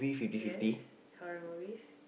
yes horror movies